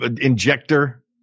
injector